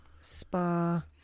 spa